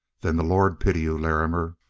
then the lord pity you, larrimer!